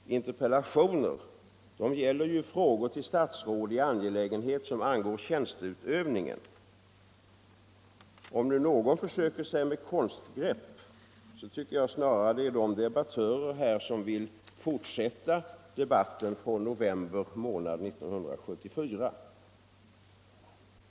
Interpellationer riktas ju till statsråd i angelägenheter som angår tjänsteutövningen. Om någon försöker sig på konstgrepp, tycker jag snarare att det är de debattörer som vill fortsätta debatten från november månad 1974.